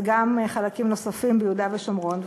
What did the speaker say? וגם חלקים נוספים ביהודה ושומרון,